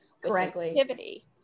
Correctly